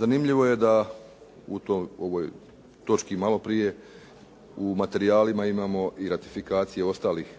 Zanimljivo je da u ovoj točki malo prije u materijalima imamo i ratifikacije ostalih